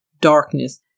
darkness